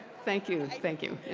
thank you. thank you.